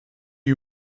you